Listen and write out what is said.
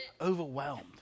overwhelmed